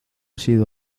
sido